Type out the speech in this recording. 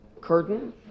curtain